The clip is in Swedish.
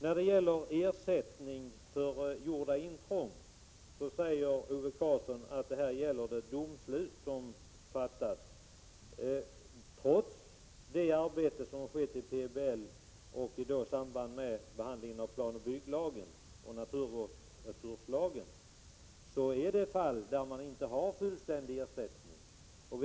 När det gäller ersättning för gjorda intrång säger Ove Karlsson att det saknas domslut . Trots det arbete som föregick planoch bygglagen och naturresurslagen, förekommer det fall där det inte utgår fullständig ersättning.